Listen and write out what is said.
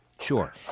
Sure